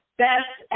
best